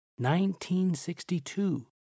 1962